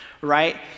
right